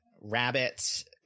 rabbit